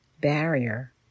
barrier